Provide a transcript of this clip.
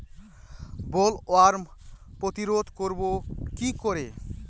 Bollworm প্রতিরোধ করব কি করে?